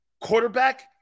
quarterback